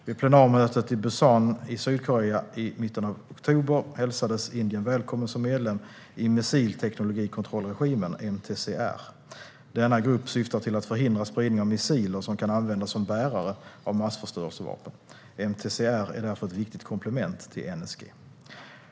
Vid plenarmötet i Pusan i Sydkorea i mitten av oktober hälsades Indien välkommen som medlem i Missilteknologikontrollregimen, MTCR. Denna grupp syftar till att förhindra spridning av missiler som kan användas som bärare av massförstörelsevapen. MTCR är därför ett viktigt komplement till NSG.